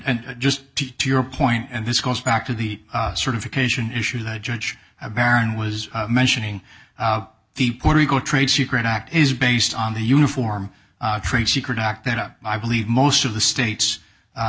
and just to your point and this goes back to the certification issue the judge barron was mentioning the puerto rico trade secret act is based on the uniform trade secret act that up i believe most of the states u